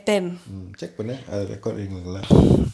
check பண்ணு அது:pannu athu recording இருக்கு:irukku lah